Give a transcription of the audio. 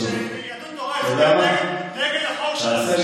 כי כשיהדות התורה הצביעה נגד, טוב.